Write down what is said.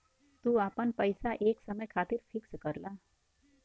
तू आपन पइसा एक समय खातिर फिक्स करला